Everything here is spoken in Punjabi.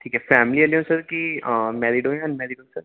ਠੀਕ ਹੈ ਫੈਮਲੀ ਵਾਲੇ ਹੋ ਸਰ ਕੀ ਮੈਰਿਡ ਹੋ ਜਾਂ ਅਨਮੈਰਿਡ ਹੋ ਸਰ